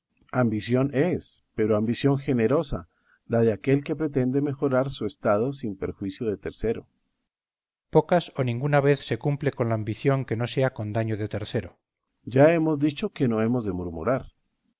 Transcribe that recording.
ambición es pero ambición generosa la de aquel que pretende mejorar su estado sin perjuicio de tercero cipión pocas o ninguna vez se cumple con la ambición que no sea con daño de tercero berganza ya hemos dicho que no hemos